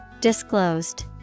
Disclosed